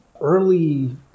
early